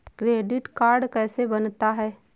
Credit card कैसे बनता है?